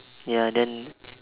ya then